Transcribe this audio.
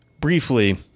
Briefly